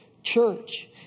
Church